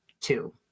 two